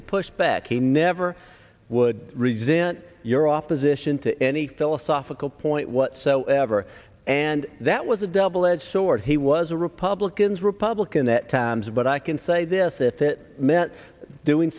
to push back he never would resent your off position to any philosophical point whatsoever and that was a double edged sword he was a republicans republican that times but i can say this if it meant doing